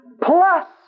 plus